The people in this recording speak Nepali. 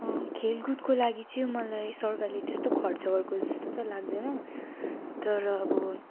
खेलकुदको चाहिँ मलाई सरकारले त्यस्तो खर्च गरेको जस्तो त लाग्दैन तर अब